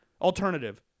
Alternative